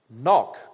Knock